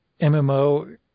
MMO